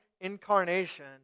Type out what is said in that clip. incarnation